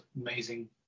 amazing